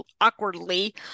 awkwardly